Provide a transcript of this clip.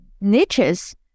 niches